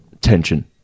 tension